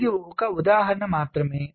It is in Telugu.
ఇది ఒక ఉదాహరణ మాత్రమే